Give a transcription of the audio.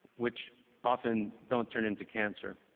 which often don't turn into cancer.